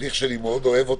שאני אוהב מאוד אותו,